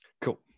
Cool